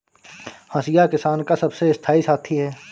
हंसिया किसान का सबसे स्थाई साथी है